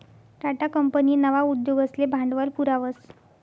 Tata company नवा उद्योगसले भांडवल पुरावस